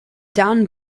dan